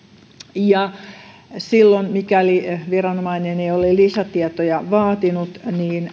ja silloin mikäli viranomainen ei ole lisätietoja vaatinut